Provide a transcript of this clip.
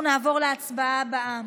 נעבור להצבעה הבאה,